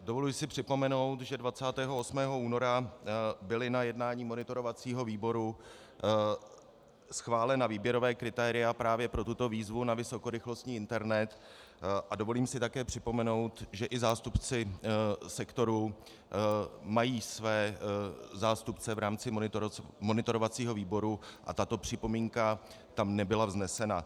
Dovoluji si připomenout, že 28. února byla na jednání monitorovacího výboru schválena výběrová kritéria právě pro tuto výzvu na vysokorychlostní internet, a dovolím si také připomenout, že i zástupci sektoru mají své zástupce v rámci monitorovacího výboru, a tato připomínka tam nebyla vznesena.